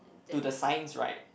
to the sign's right